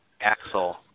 Axel